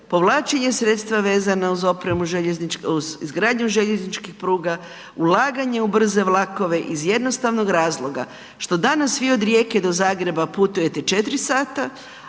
povlačenje sredstava vezana uz opremu uz, uz izgradnju željezničkih pruga, ulaganje u brze vlakove iz jednostavnog razloga, što danas vi od Rijeke do Zagreba putuje 4 sata,